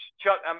Chuck –